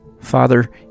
Father